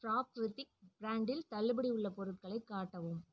பிராக்ரிதிக் பிராண்டில் தள்ளுபடி உள்ள பொருட்களை காட்டவும்